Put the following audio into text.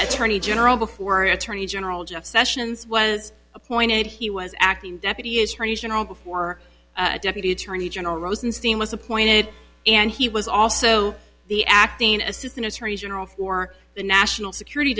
attorney general before attorney general jeff sessions was appointed he was acting deputy attorney general before deputy attorney general rosenstein was appointed and he was also the acting assistant attorney general for the national security